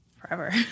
forever